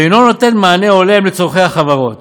ואינו נותן מענה הולם לצורכי החברות,